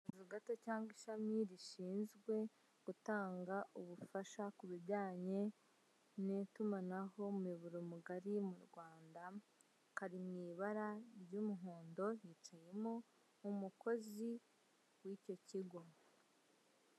Akazu gato cyangwa ishami rishinzwe gutanga ubufasha kubijyanye n'itumanaho m'umuyoboro mugari mu Rwanda, kari mu ibara ry'umuhondo hicayemo umukozi w'icyo kigo.